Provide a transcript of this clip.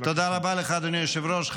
תודה רבה לך, אדוני היושב-ראש.